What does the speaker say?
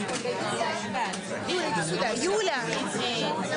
שמראה כי שיעורם של הרופאים